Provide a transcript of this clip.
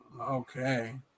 Okay